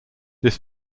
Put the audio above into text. this